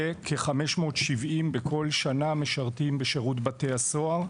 וכ-570 בכל שנה משרתים בשירות בתי הסוהר.